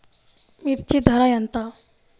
మిర్చి ధర ఎంత?